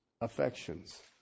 affections